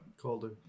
Colder